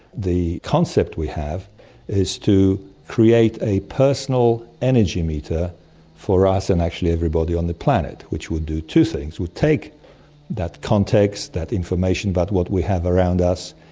the concept we have is to create a personal energy meter for us and actually everybody on the planet, which will do two things. we take that context, that information about what we have around us,